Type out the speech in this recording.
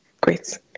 great